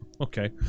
Okay